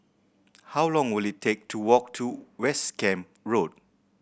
how long will it take to walk to West Camp Road